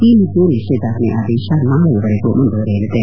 ಈ ಮಧ್ಯೆ ನಿಷೇಧಾಜ್ಞೆ ಆದೇಶ ನಾಳೆವರೆಗೂ ಮುಂದುವರಿಯಲಿದೆ